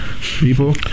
People